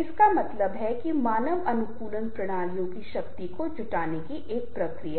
इसका मतलब है कि मानव अनुकूलन प्रणालियों की शक्ति को जुटाने की एक प्रक्रिया है